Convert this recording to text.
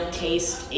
taste